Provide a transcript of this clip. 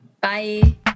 Bye